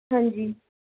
ਹਾਂਜੀ